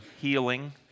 healing